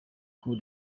coup